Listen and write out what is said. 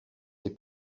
ses